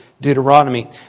Deuteronomy